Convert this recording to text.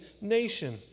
nation